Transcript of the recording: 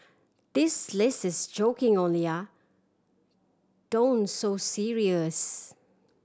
this list is joking only ah don't so serious